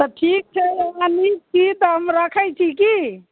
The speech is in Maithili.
तऽ ठीक छै हम रखैत छी की